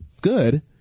good